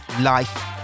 life